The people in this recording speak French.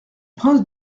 prince